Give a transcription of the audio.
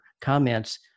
comments